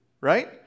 right